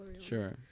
Sure